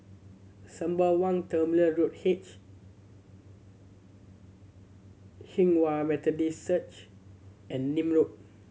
Sembawang Terminal Road H Hinghwa Methodist Search and Nim Road